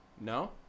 No